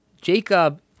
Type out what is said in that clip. Jacob